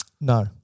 No